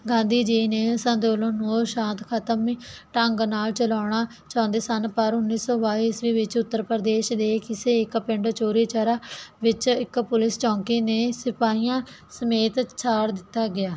ਗਾਂਧੀ ਜੀ ਨੇ ਸੰਤੁਲਨ ਉਹ ਸ਼ਾਂਤ ਖਤਮ ਢੰਗ ਨਾਲ ਚਲਾਉਣਾ ਚਾਹੁੰਦੇ ਸਨ ਪਰ ਉਨੀ ਸੋ ਬਾਈ ਈਸਵੀ ਵਿੱਚ ਉੱਤਰ ਪ੍ਰਦੇਸ਼ ਦੇ ਕਿਸੇ ਇੱਕ ਪਿੰਡ ਚੋਰੀ ਚਰਾ ਵਿੱਚ ਇੱਕ ਪੁਲਿਸ ਚੌਂਕੀ ਨੇ ਸਿਪਾਹੀਆਂ ਸਮੇਤ ਸਾੜ ਦਿੱਤਾ ਗਿਆ